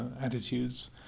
attitudes